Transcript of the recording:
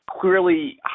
clearly